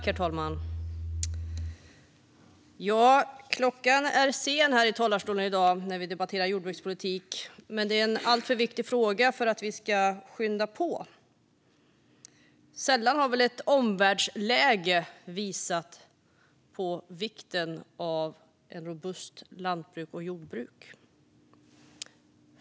Herr talman! Timmen är sen när vi debatterar jordbrukspolitik här i dag, men det är en alltför viktig fråga för att vi ska skynda på. Sällan har väl ett omvärldsläge tydligare visat på vikten av ett robust lantbruk och jordbruk.